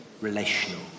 relational